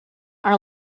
are